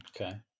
okay